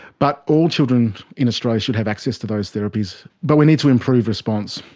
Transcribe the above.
but all children in australia should have access to those therapies, but we need to improve response.